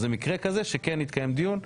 אז במקרה כזה שכן יתקיים דיון,